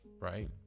right